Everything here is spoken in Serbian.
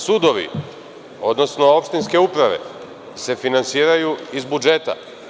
Sudovi, odnosno opštinske uprave, se finansiraju iz budžeta.